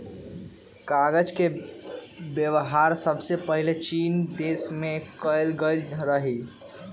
कागज के वेबहार सबसे पहिले चीन देश में कएल गेल रहइ